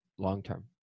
long-term